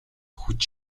хүч